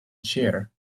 chair